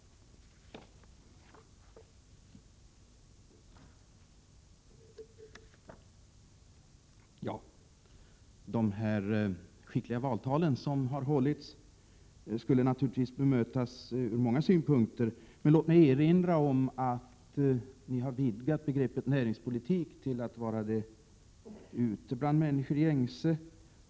De skickliga valtal som här har hållits borde naturligtvis bemötas från många synpunkter, men låt mig erinra om att ni har vidgat begreppet näringspolitik till det ute bland människor gängse.